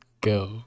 go